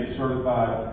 certified